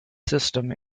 system